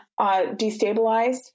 destabilized